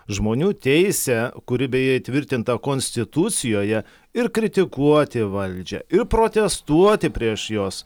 žmonių teisę kuri beje įtvirtinta konstitucijoje ir kritikuoti valdžią ir protestuoti prieš jos